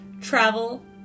travel